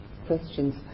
questions